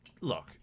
Look